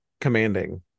commanding